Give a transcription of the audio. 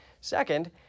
Second